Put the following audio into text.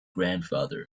grandfather